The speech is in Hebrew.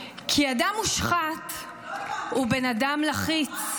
לא הבנתי --- כי אדם מושחת הוא בן אדם לחיץ.